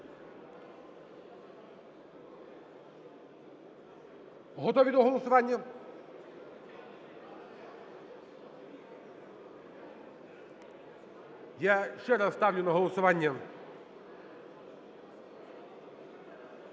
Готові до голосування? Я ще раз ставлю на голосування